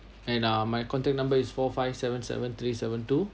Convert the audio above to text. and uh my contact number is four five seven seven three seven two